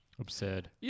Absurd